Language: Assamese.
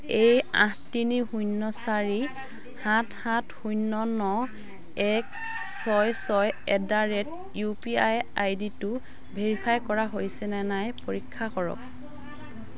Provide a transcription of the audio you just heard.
এই আঠ তিনি শূন্য চাৰি সাত সাত শূন্য ন এক ছয় ছয় at the rate U P I I ditto verify কৰা হৈছেনে নাই পৰীক্ষা কৰক